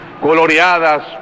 coloreadas